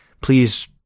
Please